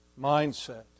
mindset